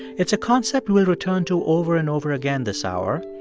it's a concept we'll return to over and over again this hour.